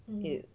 mmhmm